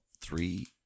three